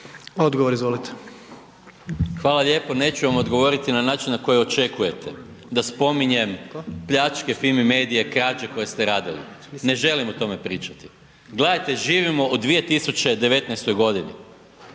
Gordan (SDP)** Hvala lijepo. Neću vam odgovoriti na način, na koji očekujete, da spominjem pljačke, FIMI medije, krađe koje ste radili. Ne želim o tome pričati. Gledajte živimo u 2019. godini,